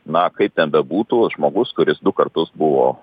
na kaip ten bebūtų žmogus kuris du kartus buvo